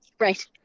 Right